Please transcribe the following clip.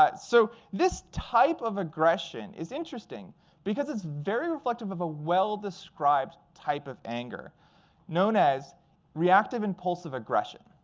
but so this type of aggression is interesting because it's very reflective of a well-described type of anger known as reactive-impulsive aggression.